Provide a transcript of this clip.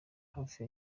hafi